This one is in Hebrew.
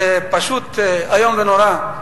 זה פשוט איום ונורא.